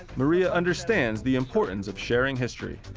maria understands the importance of sharing history.